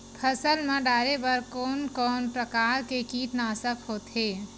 फसल मा डारेबर कोन कौन प्रकार के कीटनाशक होथे?